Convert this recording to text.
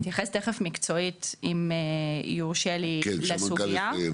ברגע שזה הופך לדיגיטלי ביקשנו לבחון את זה,